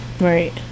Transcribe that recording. Right